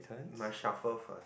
must shuffle first